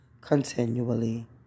continually